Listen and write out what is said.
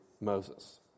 Moses